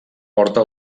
porta